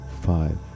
five